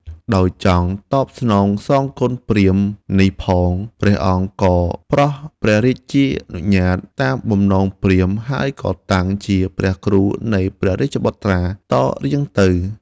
ដោយចង់តបស្នងសងគុណព្រាហ្មណ៍នេះផង ព្រះអង្គទ្រង់ក៏ប្រោសព្រះរាជានុញ្ញាត តាមបំណងព្រាហ្មណ៍ ហើយក៏តាំងជាព្រះគ្រូនៃព្រះរាជបុត្រាតរៀងទៅ ។